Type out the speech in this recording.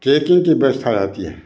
caking की व्यवस्था रहती है